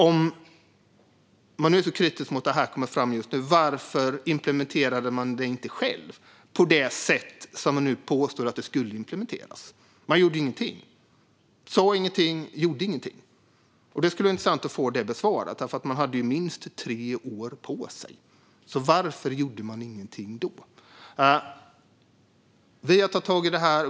Om man nu är så kritisk mot att detta kommer fram just nu, varför implementerade man det då inte själv på det sätt som man påstår att det skulle implementeras på? Man sa ingenting och gjorde ingenting. Det skulle vara intressant att få detta besvarat. Man hade ju minst tre år på sig. Varför gjorde man ingenting då? Vi har tagit tag i detta.